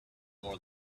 more